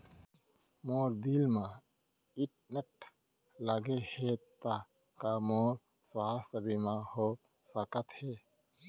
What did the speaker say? मोर दिल मा स्टन्ट लगे हे ता का मोर स्वास्थ बीमा हो सकत हे?